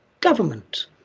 government